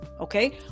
Okay